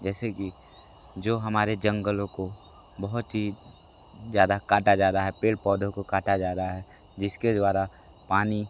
जैसे कि जो हमारे जंगलों को बोहोत ही ज़्यादा काटा जा रहा है पेड़ पौधों को काटा जा रहा है जिस के द्वारा पानी